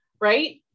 right